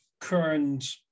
current